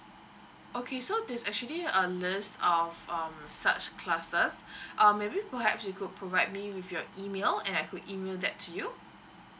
okay so there's actually a list of um such classes um maybe perhaps you could provide me with your email and I could email that you